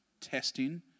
testing